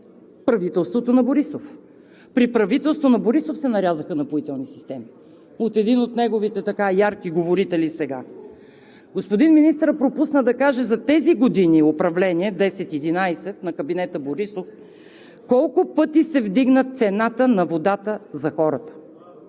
Правителството на Борисов. При правителството на Борисов се нарязаха напоителни системи – от един от неговите така ярки говорители сега. Господин Министърът пропусна да каже за тези 10-11 години управление на кабинета Борисов колко пъти се вдигна цената на водата за хората?